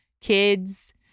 kids